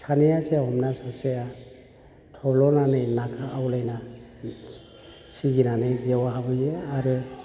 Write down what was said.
सानैया जे हमना सासेया थब्ल'नानै नाखौ आवलायना सिगिनानै जेयाव हाबहोयो आरो